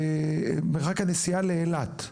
למרחק הנסיעה לאילת.